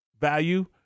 value